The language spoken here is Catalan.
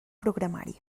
programari